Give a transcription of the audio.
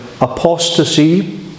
apostasy